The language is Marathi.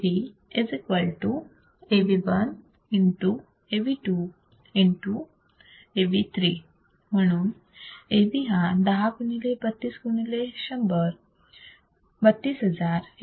AV Av1 x Av2 x Av3 म्हणून Av हा 10 गुणिले 32 गुणिले 100 - 32000